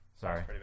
Sorry